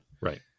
Right